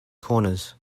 corners